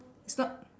it's not